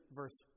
verse